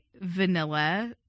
vanilla